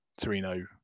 Torino